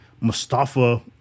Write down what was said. Mustafa